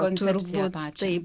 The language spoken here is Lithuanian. koncepciją pačią